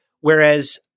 Whereas